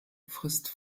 frisst